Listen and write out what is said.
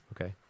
okay